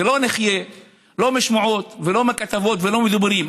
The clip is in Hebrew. ולא נחיה לא משמועות ולא מכתבות ולא מדיבורים.